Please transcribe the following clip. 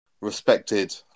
respected